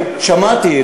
שמעתי,